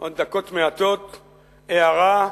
עוד דקות מעטות, הערה,